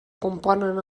componen